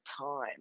time